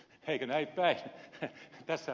tässähän se on